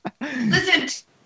listen